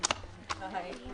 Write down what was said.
הישיבה